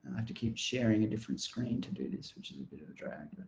have to keep sharing a different screen to do this which is a bit of a drag